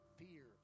fear